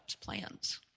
plans